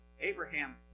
Abraham